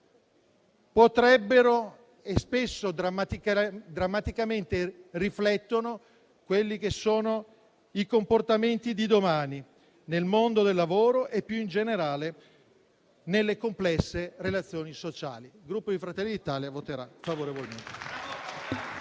riflettere, e spesso drammaticamente riflettono, i comportamenti di domani nel mondo del lavoro e, più in generale, nelle complesse relazioni sociali. Il Gruppo Fratelli d'Italia voterà a favore del